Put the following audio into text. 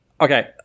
Okay